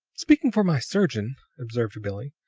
speaking for my surgeon, observed billie,